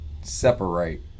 separate